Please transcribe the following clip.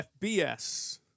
FBS